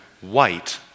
white